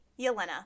Yelena